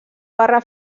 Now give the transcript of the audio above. barra